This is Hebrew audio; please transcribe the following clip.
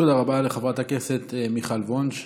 תודה רבה לחברת הכנסת מיכל וונש.